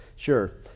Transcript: Sure